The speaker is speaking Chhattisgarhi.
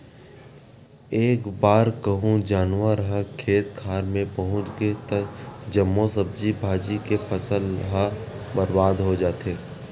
एक बार कहूँ जानवर ह खेत खार मे पहुच गे त जम्मो सब्जी भाजी के फसल ह बरबाद हो जाथे